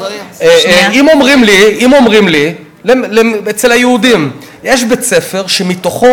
אם אומרים לי שאצל היהודים יש בית-ספר שמתוכו